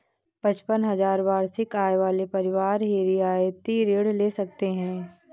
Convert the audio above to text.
पचपन हजार वार्षिक आय वाले परिवार ही रियायती ऋण ले सकते हैं